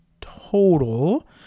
total